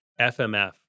FMF